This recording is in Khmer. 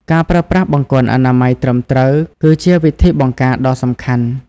ការប្រើប្រាស់បង្គន់អនាម័យត្រឹមត្រូវ គឺជាវិធីបង្ការដ៏សំខាន់។